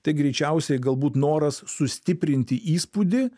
tai greičiausiai galbūt noras sustiprinti įspūdį